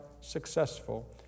successful